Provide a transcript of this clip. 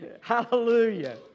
Hallelujah